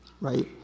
right